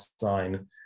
sign